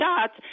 shots